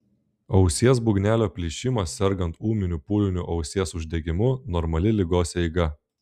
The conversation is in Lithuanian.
ausies būgnelio plyšimas sergant ūminiu pūliniu ausies uždegimu normali ligos eiga